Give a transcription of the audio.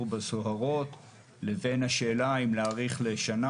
בסוהרות לבין השאלה אם להאריך לשנה,